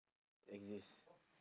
exist